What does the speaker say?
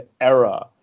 era